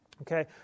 Okay